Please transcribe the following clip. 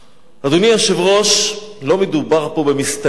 אדוני היושב-ראש, לא מדובר פה במסתננים.